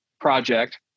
Project